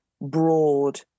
broad